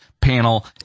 Panel